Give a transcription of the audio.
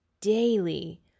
daily